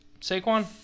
Saquon